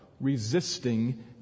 resisting